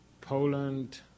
Poland